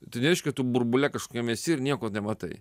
tai nereiškia kad tu burbule kažkokiam esi ir nieko nematai